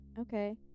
Okay